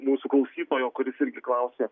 mūsų klausytojo kuris irgi klausė